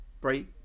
Break